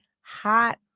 hot